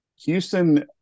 Houston